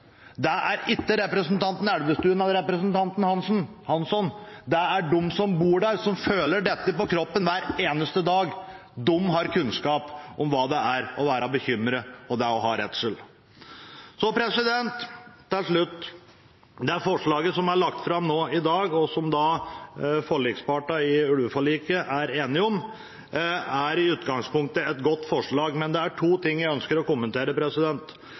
Det er ikke representanten Elvestuen eller representanten Hansson, det er de som bor der, og som føler dette på kroppen hver eneste dag. De har kunnskap om hva det vil si å være bekymret og det å ha redsel. Så til slutt: Det forslaget som er lagt fram nå i dag, og som forlikspartene i ulveforliket er enige om, er i utgangspunktet et godt forslag, men det er to ting jeg ønsker å kommentere.